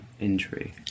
injury